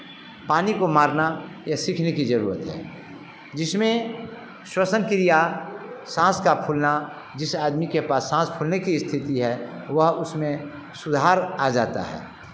पानी को मारना यह सीखने की ज़रूरत है जिसमें श्वसन क्रिया सांस का फूलना जिस आदमी के पास सांस फूलने की स्थिति है वह उसमें सुधार आ जाता है